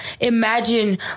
imagine